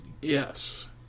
Yes